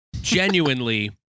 genuinely